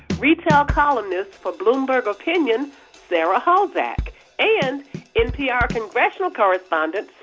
retail columnist for bloomberg opinion sarah halzack and npr congressional correspondent